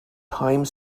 time